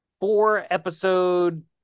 four-episode